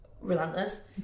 relentless